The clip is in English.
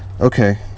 Okay